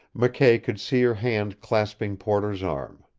mckay could see her hand clasping porter's arm.